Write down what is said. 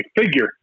figure